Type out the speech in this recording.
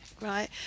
right